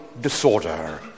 disorder